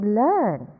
learn